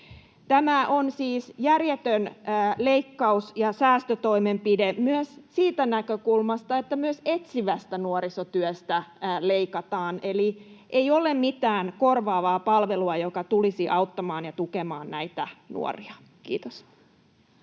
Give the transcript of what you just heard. Tämä on siis järjetön leikkaus- ja säästötoimenpide myös siitä näkökulmasta, että myös etsivästä nuorisotyöstä leikataan. Eli ei ole mitään korvaavaa palvelua, joka tulisi auttamaan ja tukemaan näitä nuoria. — Kiitos.